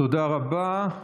תודה רבה.